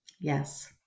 Yes